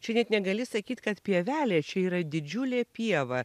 čia net negali sakyt kad pievelė čia yra didžiulė pieva